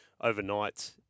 overnight